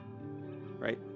right